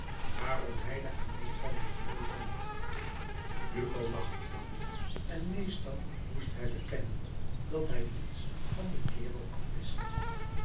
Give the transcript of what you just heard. waarom hij de aminta niet mooi vond hugo lachte dan en meestal moest hij bekennen dat hij niets van den kerel afwist